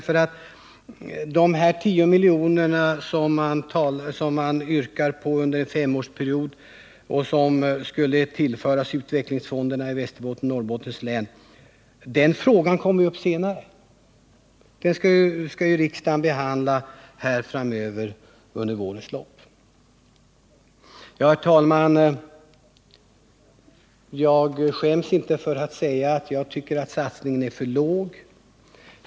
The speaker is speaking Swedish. Frågan om att 10 milj.kr. skall tillföras utvecklingsfonderna i Västerbottens och Norrbottens län under en S-årsperiod kommer upp till riksdagsbehandling senare i vår. Herr talman! Jag tycker att satsningen är för låg.